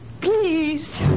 Please